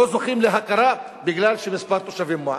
לא זוכים להכרה, בגלל מספר תושבים מועט.